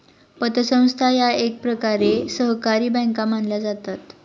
पतसंस्था या एकप्रकारे सहकारी बँका मानल्या जातात